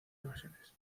ocasiones